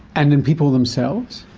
and in people themselves?